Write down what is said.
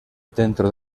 dentro